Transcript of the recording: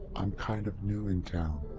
i'm kind of new in town.